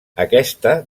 aquesta